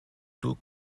duke